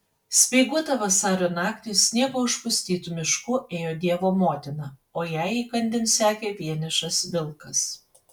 speiguotą vasario naktį sniego užpustytu mišku ėjo dievo motina o jai įkandin sekė vienišas vilkas